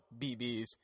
BBs